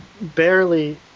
barely